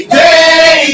day